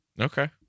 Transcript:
okay